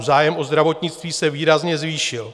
Zájem o zdravotnictví se výrazně zvýšil.